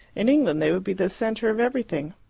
in england they would be the centre of everything.